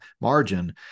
margin